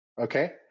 Okay